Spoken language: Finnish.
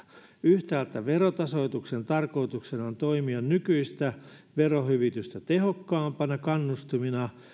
yhtäältä verotasoituksen tarkoituksena on toimia nykyistä verohyvitystä tehokkaampana kannustimena